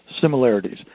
similarities